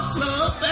Club